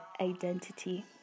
identity